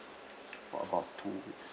for about two weeks